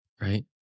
right